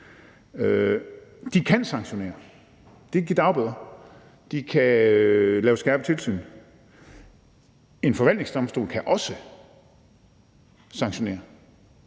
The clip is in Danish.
De kan sanktionere, de kan give dagbøder, og de kan lave skærpede tilsyn. En forvaltningsdomstol kan også sanktionere.